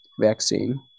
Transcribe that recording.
vaccine